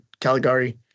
Caligari